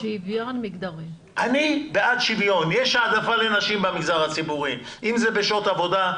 במגזר הציבורי יש העדפה, אם זה בשעות עבודה,